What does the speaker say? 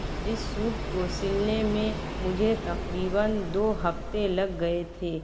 اس suit کو سلنے میں مجھے تقریباً دو ہفتے لگ گئے تھے